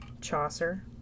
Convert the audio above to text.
Chaucer